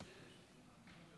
ההצעה להעביר את